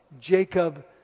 Jacob